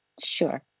Sure